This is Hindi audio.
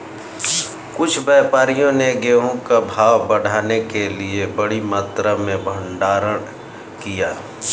कुछ व्यापारियों ने गेहूं का भाव बढ़ाने के लिए बड़ी मात्रा में भंडारण किया